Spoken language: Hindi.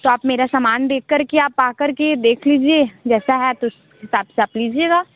तो आप मेरा सामान देख कर के आप आ कर के देख लीजिए जैसा है तो साथ साथ लीजिएगा